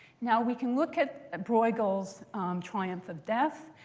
now we can look at bruegel's triumph of death.